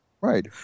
Right